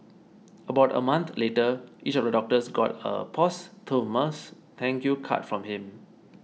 about a month later each of the doctors got a posthumous thank you card from him